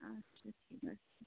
আচ্ছা ঠিক আছে